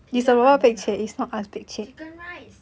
okay 不要 bandung liao chicken rice